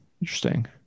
Interesting